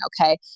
Okay